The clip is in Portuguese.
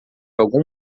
algum